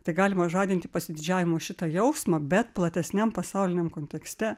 tai galima žadinti pasididžiavimo šitą jausmą bet platesniam pasauliniam kontekste